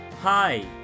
hi